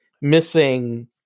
Missing